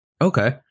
Okay